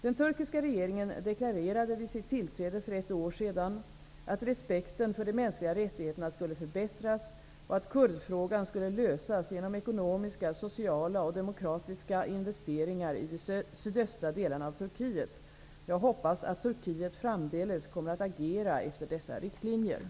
Den turkiska regeringen deklararerade vid sitt tillträde för ett år sedan att respekten för de mänskliga rättigheterna skulle förbättras och att kurdfrågan skulle lösas genom ekonomiska, sociala och demokratiska investeringar i de sydöstra delarna av Turkiet. Jag hoppas att Turkiet framdeles kommer att agera efter dessa riktlinjer.